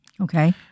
Okay